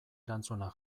erantzuna